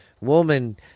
woman